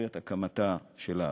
בהיסטוריית הקמתה של הארץ.